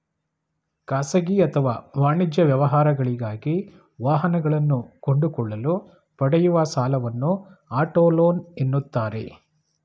ಖಾಸಗಿ ಅಥವಾ ವಾಣಿಜ್ಯ ವ್ಯವಹಾರಗಳಿಗಾಗಿ ವಾಹನಗಳನ್ನು ಕೊಂಡುಕೊಳ್ಳಲು ಪಡೆಯುವ ಸಾಲವನ್ನು ಆಟೋ ಲೋನ್ ಎನ್ನುತ್ತಾರೆ